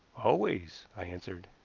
always, i answered.